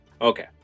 okay